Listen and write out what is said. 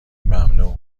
ممنوع